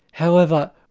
however,